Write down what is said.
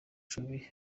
cumi